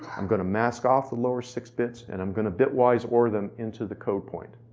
i'm gonna mask off the lower six bits and i'm gonna bit wise order them into the code point.